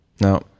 No